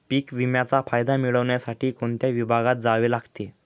पीक विम्याचा फायदा मिळविण्यासाठी कोणत्या विभागात जावे लागते?